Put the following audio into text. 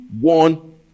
one